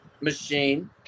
Machine